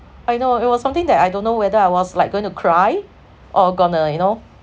I know it was something that I don't know whether I was like going to cry or going to you know